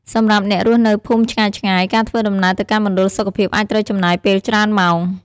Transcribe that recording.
សម្រាប់អ្នករស់នៅភូមិឆ្ងាយៗ ការធ្វើដំណើរទៅកាន់មណ្ឌលសុខភាពអាចត្រូវចំណាយពេលច្រើនម៉ោង។